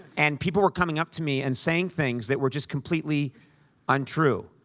and people were coming up to me and saying things that were just completely untrue.